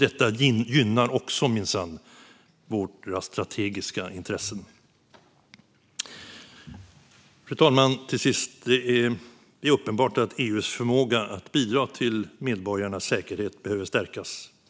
Detta gynnar också minsann våra strategiska intressen. Fru talman! Det är uppenbart att EU:s förmåga att bidra till medborgarnas säkerhet behöver stärkas.